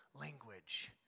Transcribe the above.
language